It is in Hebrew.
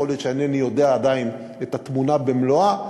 יכול להיות שאינני יודע עדיין את התמונה במלואה,